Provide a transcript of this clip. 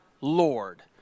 Lord